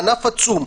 ענף עצום.